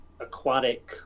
aquatic